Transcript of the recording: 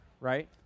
right